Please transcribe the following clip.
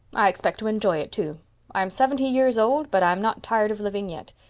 i expect to enjoy it, too i'm seventy years old, but i'm not tired of living yet.